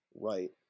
Right